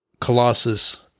Colossus